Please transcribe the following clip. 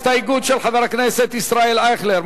יש הסתייגות של חברי הכנסת ישראל אייכלר,